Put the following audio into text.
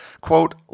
quote